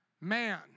man